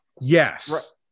yes